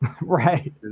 Right